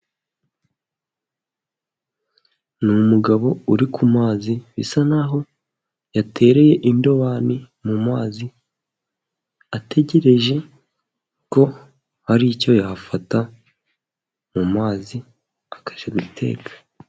Ni umugabo uri ku mazi, bisa n'aho yatereye indobani mu mazi, ategereje ko hari icyo yafata mu mazi akajya guteka.